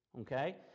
Okay